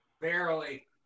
Barely